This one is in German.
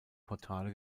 portale